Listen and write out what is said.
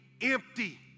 empty